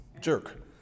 jerk